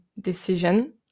decision